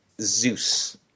Zeus